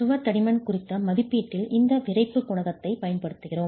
சுவர் தடிமன் குறித்த மதிப்பீட்டில் இந்த விறைப்பு குணகத்தைப் பயன்படுத்துகிறோம்